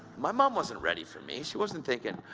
my mum wasn't ready for me. she wasn't thinking,